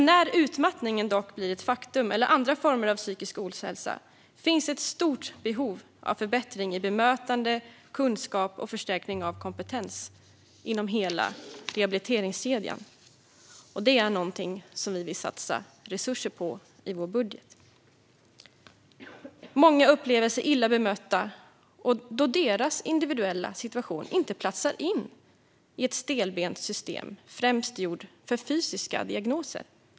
När utmattningen eller andra former av psykisk ohälsa dock blir ett faktum finns ett stort behov av förbättring i bemötande, kunskap och förstärkning av kompetens inom hela rehabiliteringskedjan. Detta är något som vi vill satsa resurser på i vår budget. Många upplever sig illa bemötta då deras individuella situation inte passar in i ett stelbent system främst gjort för fysiska diagnoser.